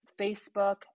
Facebook